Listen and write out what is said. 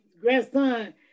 grandson